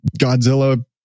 Godzilla